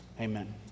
amen